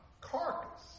carcass